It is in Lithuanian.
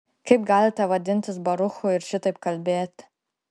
kaip galite vadintis baruchu ir šitaip kalbėti